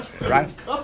Right